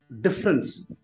difference